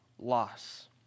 loss